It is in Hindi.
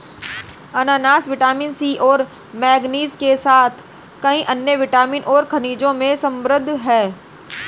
अनन्नास विटामिन सी और मैंगनीज के साथ कई अन्य विटामिन और खनिजों में समृद्ध हैं